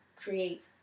create